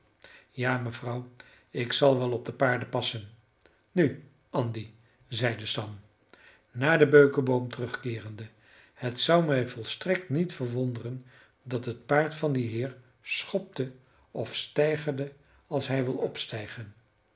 ja mevrouw ik zal wel op de paarden passen nu andy zeide sam naar den beukeboom terugkeerende het zou mij volstrekt niet verwonderen dat het paard van dien heer schopte of steigerde als hij wil opstijgen